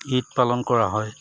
ঈদ পালন কৰা হয়